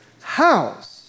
house